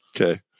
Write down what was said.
Okay